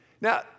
Now